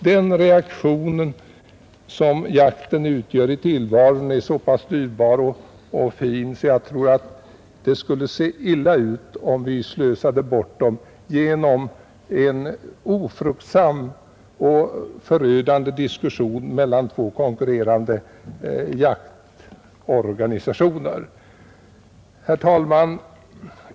Den rekreation som jakten utgör i tillvaron är så pass dyrbar och fin att jag tror att det skulle se illa ut om vi slösade bort den genom en ofruktbar och förödande diskussion mellan två konkurrerande jägarförbund. Herr talman!